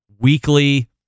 weekly